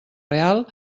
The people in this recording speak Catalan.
real